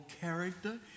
character